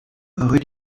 rue